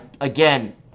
again